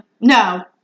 No